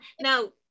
Now